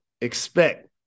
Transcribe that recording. expect